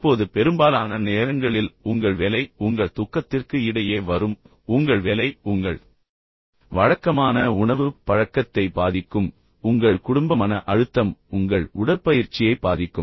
இப்போது பெரும்பாலான நேரங்களில் உங்கள் வேலை உங்கள் தூக்கத்திற்கு இடையே வரும் உங்கள் வேலை உங்கள் வழக்கமான உணவுப் பழக்கத்தை பாதிக்கும் உங்கள் குடும்ப மன அழுத்தம் உங்கள் உடற்பயிற்சியை பாதிக்கும்